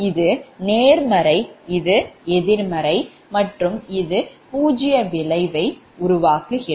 இது நேர்மறை இது எதிர்மறை இது பூஜ்ஜிய விளைவு ஆகும்